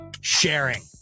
sharing